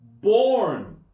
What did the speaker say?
born